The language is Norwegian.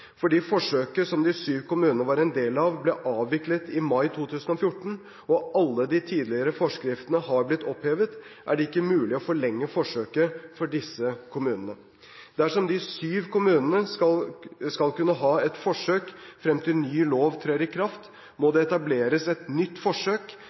Fordi forsøket som de syv kommunene var en del av, ble avviklet i mai 2014 og alle de tidligere forskriftene har blitt opphevet, er det ikke mulig å forlenge forsøket for disse kommunene. Dersom de syv kommunene skal kunne ha et forsøk frem til ny lov trer i kraft, må